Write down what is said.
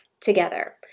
together